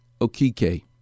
Okike